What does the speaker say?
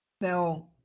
Now